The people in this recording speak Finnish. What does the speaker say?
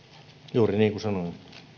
juuri niin kuin sanoin